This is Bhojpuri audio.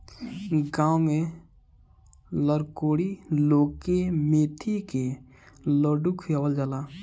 गांव में लरकोरी लोग के मेथी के लड्डू खियावल जाला